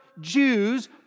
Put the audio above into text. Jews